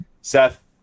Seth